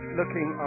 looking